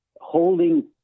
holding